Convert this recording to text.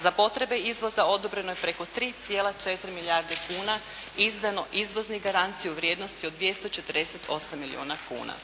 Za potrebe izvoza odobreno je preko 3,4 milijarde kuna izdano izvoznih garancija u vrijednosti od 248 milijuna kuna.